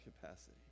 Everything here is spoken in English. capacity